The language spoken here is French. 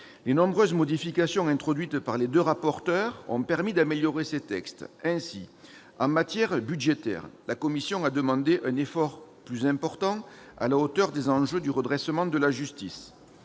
les nombreuses modifications introduites par les deux corapporteurs ont permis de les améliorer. Ainsi, en matière budgétaire, la commission a demandé un effort plus important, à la hauteur des enjeux du redressement de la justice.